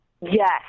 Yes